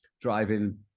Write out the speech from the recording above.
driving